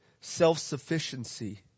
self-sufficiency